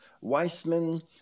Weissman